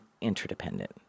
interdependent